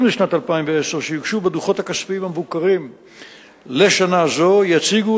לשנת 2010 שיוגשו בדוחות הכספיים המבוקרים לשנה זו יציגו,